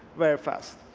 very fast.